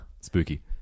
Spooky